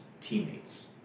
teammates